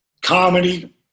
comedy